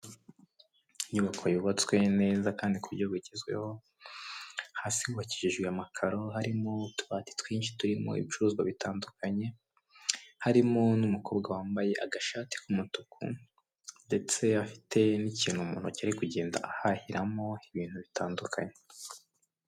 Inyubako yubatswe neza kandi ku buryo bugezweho hasi yubakishijwe amakaro harimo utubati twinshi turimo ibicuruzwa bitandukanye, harimo n'umukobwa wambaye agashati k'umutuku ndetse afite n'ikintu muntoki ari kugenda ahahiramo ibintu bitandukanye.